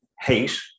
hate